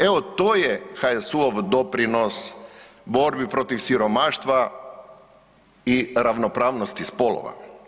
Evo, to je HSU-ov doprinos borbi protiv siromaštva i ravnopravnosti spolova.